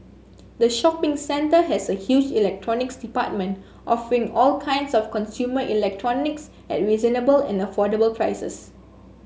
the shopping centre has a huge Electronics Department offering all kinds of consumer electronics at reasonable and affordable prices